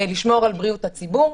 לשמור על בריאות הציבור,